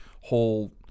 whole